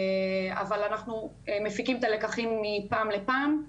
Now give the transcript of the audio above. אבל אנחנו מפיקים את הלקחים מפעם לפעם.